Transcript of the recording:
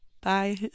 Bye